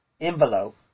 envelope